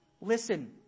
Listen